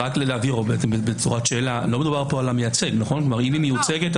להבהיר - לא מדובר פה על המייצג כלומר אם היא מיוצגת,